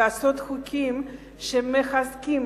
לעשות חוקים שמחזקים